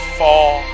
fall